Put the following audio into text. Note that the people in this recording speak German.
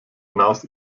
hinaus